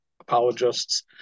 apologists